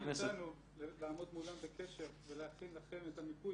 הכנסת --- תבקשו מאיתנו לעמוד מולם בקשר ולהכין לכם את המיפוי.